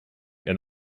and